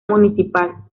municipal